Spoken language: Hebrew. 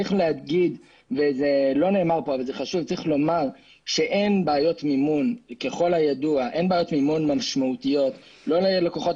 זה לא נאמר פה אבל חשוב להגיד שאין בעיות מימון משמעותיות לא ללקוחות